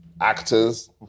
actors